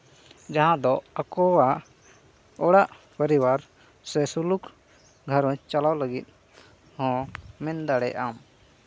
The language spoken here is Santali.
ᱡᱟᱦᱟᱸ ᱫᱚ ᱟᱠᱚᱣᱟᱜ ᱚᱲᱟᱜ ᱯᱚᱨᱤᱵᱟᱨ ᱥᱮ ᱥᱩᱞᱩᱠ ᱜᱷᱟᱨᱚᱸᱡᱽ ᱪᱟᱞᱟᱣ ᱞᱟᱹᱜᱤᱫ ᱦᱚᱸ ᱢᱮᱱ ᱫᱟᱲᱮᱭᱟᱜ ᱟᱢ